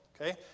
Okay